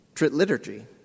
liturgy